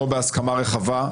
שלא בהסכמה רחבה,